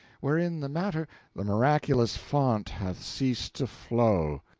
wherein the matter the miraculous fount hath ceased to flow!